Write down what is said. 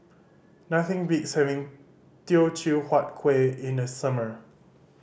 nothing beats having Teochew Huat Kueh in the summer